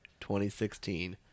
2016